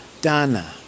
Dana